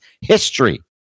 history